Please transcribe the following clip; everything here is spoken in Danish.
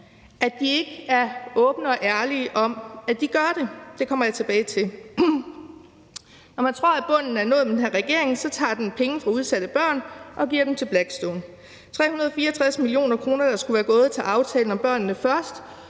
at de ikke er åbne og ærlige om, at de gør det. Det kommer jeg tilbage til. Når man tror, at bunden er nået med den her regering, tager de penge fra udsatte børn og giver dem til Blackstone. 364 mio. kr., der skulle være gået til aftalen »Børnene Først«,